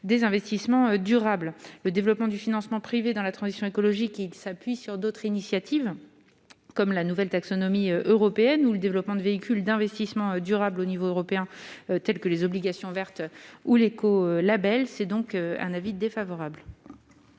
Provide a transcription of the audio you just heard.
des investissements durables, le développement du financement privé dans la transition écologique, il s'appuie sur d'autres initiatives comme la nouvelle taxonomie européenne ou le développement de véhicules d'investissement durable au niveau européen, tels que les obligations vertes ou l'éco-Label, c'est donc un avis défavorable.